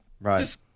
right